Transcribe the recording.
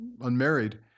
unmarried